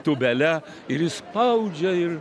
tūbele ir ji spaudžia ir